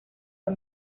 fue